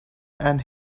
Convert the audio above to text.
and